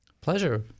Pleasure